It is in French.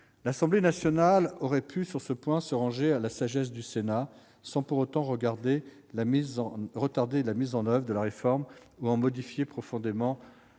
L'Assemblée nationale aurait pu, sur ce point, se ranger à la sagesse du Sénat sans pour autant retarder la mise en oeuvre de la réforme ou en modifier profondément